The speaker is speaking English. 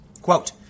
Quote